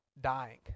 Dying